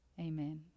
Amen